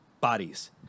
bodies